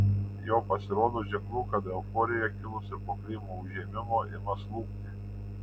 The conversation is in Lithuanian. jau pasirodo ženklų kad euforija kilusi po krymo užėmimo ima slūgti